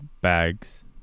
bags